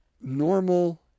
normal